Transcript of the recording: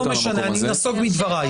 לא משנה, אני נסוג מדבריי.